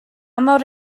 mor